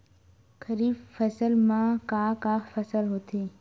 खरीफ फसल मा का का फसल होथे?